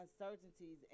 uncertainties